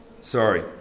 Sorry